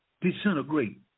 disintegrate